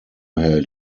held